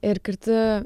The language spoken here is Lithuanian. ir kartu